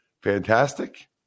fantastic